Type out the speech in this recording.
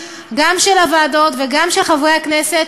גם של הוועדות וגם של חברי הכנסת,